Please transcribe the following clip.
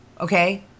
okay